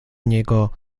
niego